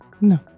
No